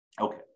Okay